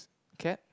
cat